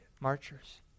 marchers